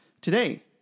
today